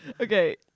Okay